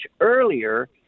earlier